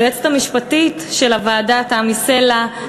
ליועצת המשפטית של הוועדה תמי סלע,